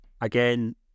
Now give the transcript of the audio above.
again